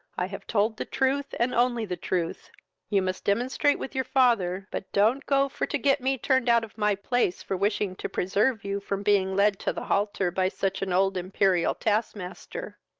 i have told the truth, and only the truth you must demonstrate with your father, but don't go for to get me turned out of my place for wishing to preserve you from being led to the haltar by such an old imperial task-master.